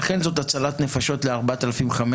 ולכן זאת הצלת נפשות ל-4,500,